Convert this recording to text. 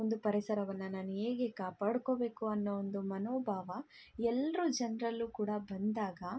ಒಂದು ಪರಿಸರವನ್ನು ನಾನು ಹೇಗೆ ಕಾಪಾಡ್ಕೋಬೇಕು ಅನ್ನೋ ಒಂದು ಮನೋಭಾವ ಎಲ್ರೂ ಜನ್ರಲ್ಲೂ ಕೂಡ ಬಂದಾಗ